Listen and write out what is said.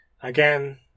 Again